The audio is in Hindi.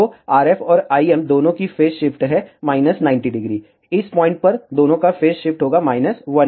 तो RF और IM दोनों की फेज शिफ्ट है 90° इस पॉइंट पर दोनों का फेज शिफ्ट होगा 180°